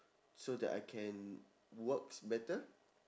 so that I can works better